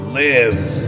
lives